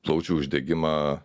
plaučių uždegimą